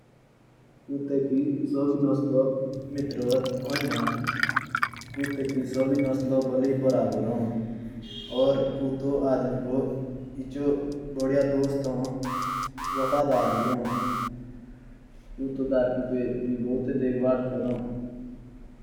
कुत्ते की सभी नस्लें बराबर नहीं होती हैं। और कुत्ता हमारा सबसे ईमानदार दोस्त होता है। क्योंकि हम जहाँ भी जाएँगे कुत्ता भी पीछे पीछे आएगा।